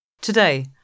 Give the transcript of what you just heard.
today